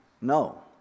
no